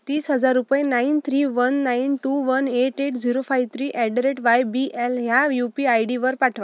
तीस हजार रुपये nine three one nine two one eight eight zero five three at the rate Y B L ह्या U P I डीवर पाठवा